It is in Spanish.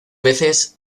veces